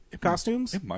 Costumes